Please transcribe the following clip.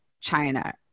China